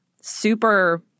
super